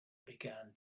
began